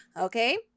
okay